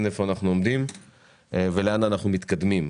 איפה אנחנו עומדים ולאן אנחנו מתקדמים.